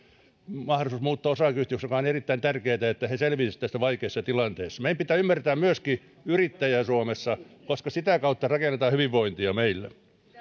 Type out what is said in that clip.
mahdollisuus muuttua osakeyhtiöksi mikä on erittäin tärkeätä että he selviäisivät tässä vaikeassa tilanteessa meidän pitää ymmärtää myöskin yrittäjää suomessa koska sitä kautta meillä rakennetaan hyvinvointia